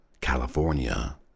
California